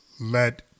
let